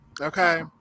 Okay